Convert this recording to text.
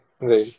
Right